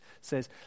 says